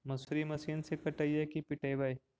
मसुरी मशिन से कटइयै कि पिटबै?